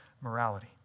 morality